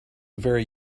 very